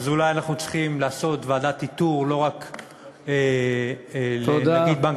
אולי אנחנו צריכים לעשות לא רק ועדת איתור לנגיד בנק